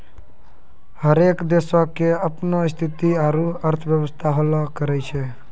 हरेक देशो के अपनो स्थिति आरु अर्थव्यवस्था होलो करै छै